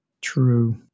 True